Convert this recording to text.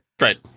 Right